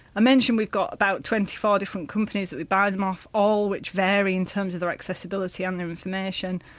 i mentioned we've got about twenty four different companies that we buy them off, all which vary in terms of their accessibility and their information.